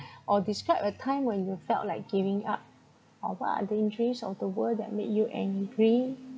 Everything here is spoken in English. or describe a time when you felt like giving up or what are the injustice of the world that made you angry